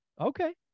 okay